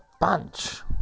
bunch